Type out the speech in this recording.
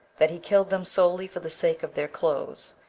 that he killed them solely for the sake of their clothes,